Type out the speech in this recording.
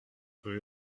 rue